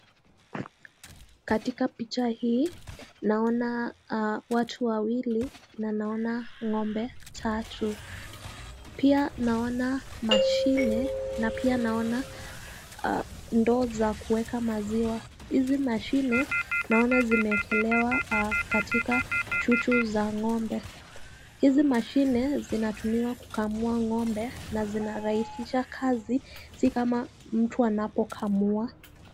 Katika picha hii naona watu wawili na naona ng'ombe tatu. Pia naona mashine na pia naona ndoo za kuweka maziwa. Hizi mashine naona zimeekelewa katika chuchu za ng'ombe. Hizi mashine zinatumiwa kukamua ng'ombe na zinarahisisha kazi si kama mtu anapokamua.